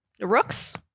Rooks